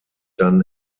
dann